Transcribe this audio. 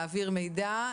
להעביר מידע,